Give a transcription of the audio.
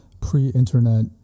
pre-internet